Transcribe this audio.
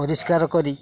ପରିଷ୍କାର କରି